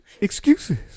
Excuses